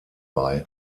bei